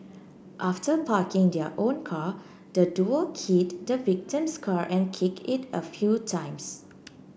after parking their own car the duo keyed the victim's car and kicked it a few times